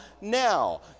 now